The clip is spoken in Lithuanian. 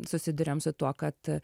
susiduriam su tuo kad